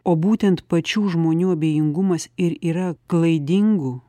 o būtent pačių žmonių abejingumas ir yra klaidingų